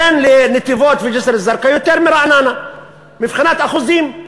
תן לנתיבות ולג'סר-א-זרקא יותר מלרעננה מבחינת אחוזים.